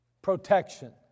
Protection